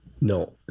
No